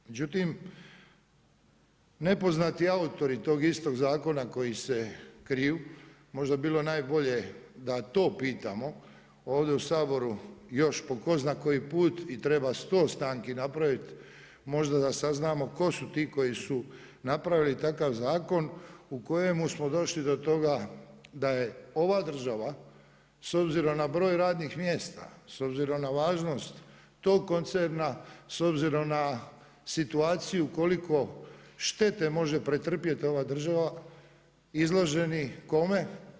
Međutim, nepoznati autori tog istog zakona koji se kriju, možda bi bilo najbolje da to pitamo ovdje u Saboru još po ko zna koji put i treba 100 stanki napravit, možda da saznamo ko su ti koji su napravili takav zakon u kojem smo došli do toga da je ova država s obzirom na broj radnih mjesta, s obzirom na važnost tog koncerna, s obzirom na situaciju koliko štete može pretrpjeti ova država, izloženi, kome?